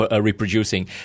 reproducing